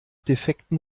defekten